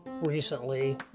recently